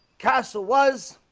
castle was